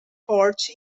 porch